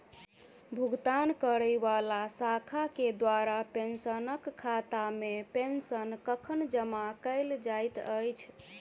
भुगतान करै वला शाखा केँ द्वारा पेंशनरक खातामे पेंशन कखन जमा कैल जाइत अछि